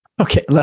Okay